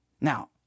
Now